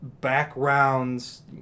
backgrounds